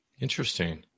interesting